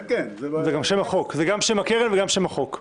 זה גם שם הקרן וגם שם החוק.